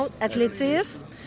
athlétisme